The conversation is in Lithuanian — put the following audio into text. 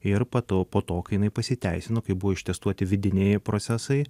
ir pata po to kai jinai pasiteisino kai buvo ištestuoti vidiniai procesai